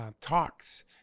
talks